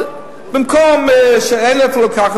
במקום שאין מאיפה לקחת,